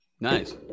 Nice